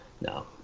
no